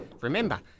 Remember